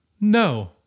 No